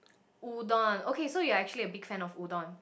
udon okay so you are actually a big fan of udon